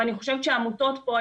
ואני חושבת שהעמותות פה,